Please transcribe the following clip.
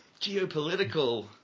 geopolitical